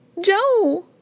Joe